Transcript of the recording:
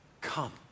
come